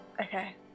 Okay